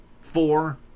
four